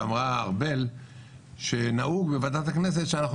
ואמרה ארבל שנהוג בוועדת הכנסת שאנחנו